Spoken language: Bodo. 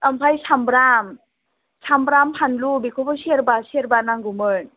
ओमफ्राय सामब्राम सामब्राम फानलु बेखौबो सेरबा सेरबा नांगौमोन